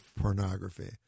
pornography